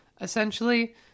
essentially